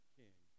king